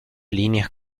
líneas